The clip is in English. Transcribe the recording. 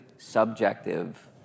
subjective